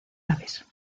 aves